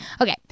okay